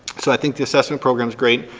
so i think the assessment program's great.